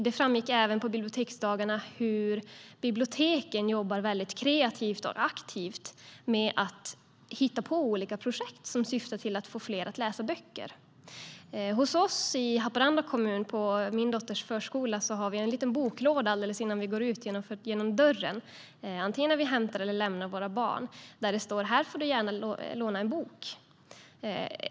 Det framgick även på biblioteksdagarna hur biblioteken jobbar kreativt och aktivt med att hitta på olika projekt som syftar till att få fler att läsa böcker. Hos oss i Haparanda kommun har vi på min dotters förskola en liten boklåda alldeles innanför dörren när vi hämtar och lämnar våra barn. Där står: Här får du gärna låna en bok!